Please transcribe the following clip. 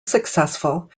successful